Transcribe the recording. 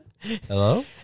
hello